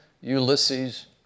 Ulysses